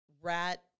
rat